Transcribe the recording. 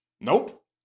Nope